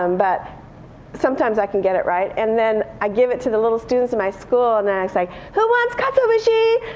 um but sometimes i can get it right and then i give it to the little students in my school. and then i say, who wants katsuobushi?